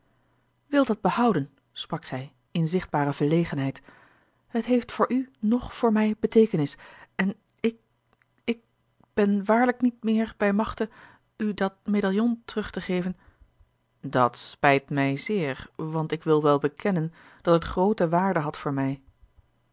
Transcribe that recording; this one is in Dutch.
wil dat behouden sprak zij in zichtbare verlegenheid het heeft voor u noch voor mij beteekenis en ik ik ben waarlijk niet meer bij machte u dat medaillon terug te geven dat spijt mij zeer want ik wil wel bekennen dat het groote waarde had voor mij